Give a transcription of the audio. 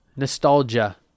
nostalgia